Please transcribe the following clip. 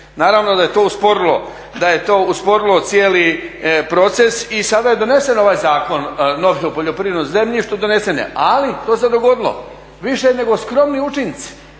Naravno da je to usporilo cijeli proces i sada je donesen ovaj novi Zakon o poljoprivrednom zemljištu. Ali što se dogodilo? Više nego skromni učinci,